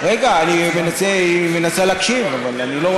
רגע, היא מנסה להקשיב, אבל אני,